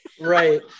right